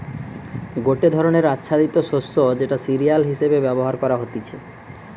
গটে ধরণের আচ্ছাদিত শস্য যেটা সিরিয়াল হিসেবে ব্যবহার করা হতিছে